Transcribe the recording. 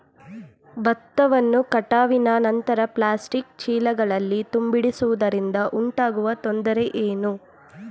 ಭತ್ತವನ್ನು ಕಟಾವಿನ ನಂತರ ಪ್ಲಾಸ್ಟಿಕ್ ಚೀಲಗಳಲ್ಲಿ ತುಂಬಿಸಿಡುವುದರಿಂದ ಉಂಟಾಗುವ ತೊಂದರೆ ಏನು?